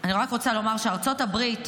אני רק רוצה לומר שארצות הברית,